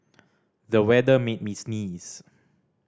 the weather made me sneeze